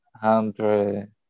hundred